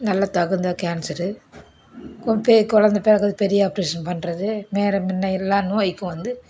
நல்ல தகுந்த கேன்சரு குட்பே குழந்த பிறக்குது பெரிய ஆப்ரேஷன் பண்ணுறது வேற முன்ன எல்லா நோயிக்கும் வந்து